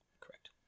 Correct